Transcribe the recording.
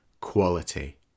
Quality